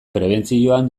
prebentzioan